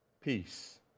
Peace